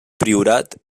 priorat